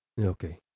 Okay